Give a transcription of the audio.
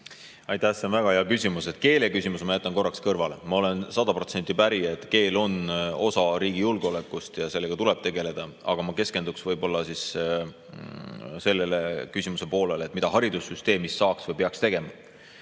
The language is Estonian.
Aitäh! See on väga hea küsimus. Keeleküsimuse ma jätan korraks kõrvale. Ma olen sada protsenti päri, et keel on osa riigi julgeolekust ja sellega tuleb tegeleda, aga ma keskenduksin sellele küsimuse poolele, mida haridussüsteemis saaks või peaks tegema.